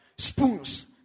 spoons